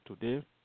today